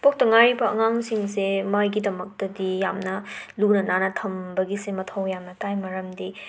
ꯄꯣꯛꯇ ꯉꯥꯏꯔꯤꯕ ꯑꯉꯥꯡꯁꯤꯡꯁꯦ ꯃꯥꯒꯤꯗꯃꯛꯇꯗꯤ ꯌꯥꯝꯅ ꯂꯨꯅ ꯅꯥꯟꯅ ꯊꯝꯕꯒꯤꯁꯦ ꯃꯊꯧ ꯌꯥꯝꯅ ꯇꯥꯏ ꯃꯔꯝꯗꯤ